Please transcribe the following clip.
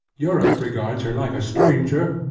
europe regards her like a stranger,